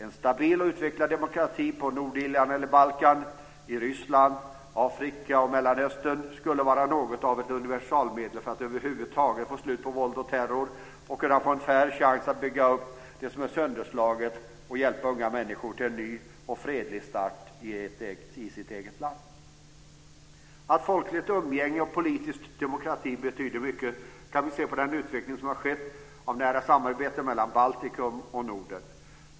En stabil och utvecklad demokrati på Nordirland eller Balkan, i Ryssland, Afrika och Mellanöstern skulle vara något av ett universalmedel för att över huvud taget få slut på våld och terror och kunna få en fair chans att bygga upp det som är sönderslaget och hjälpa unga människor till en ny och fredlig start i sitt eget land. Att folkligt umgänge och politisk demokrati betyder mycket kan vi se av den utveckling som har skett av nära samarbete mellan Baltikum och Norden.